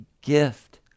gift